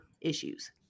issues